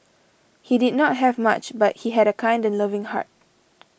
he did not have much but he had a kind and loving heart